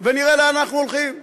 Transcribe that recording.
ונראה לאן אנחנו הולכים.